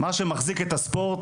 מה שמחזיק את הספורט,